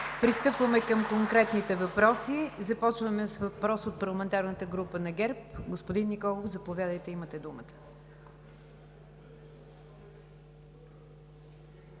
Пристъпваме към конкретните въпроси. Започваме с въпрос от парламентарната група на ГЕРБ. Господин Николов, заповядайте, имате думата.